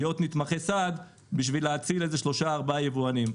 נתמכי סעד בשביל להציל שלושה-ארבעה יבואנים.